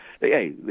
hey